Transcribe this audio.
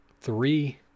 three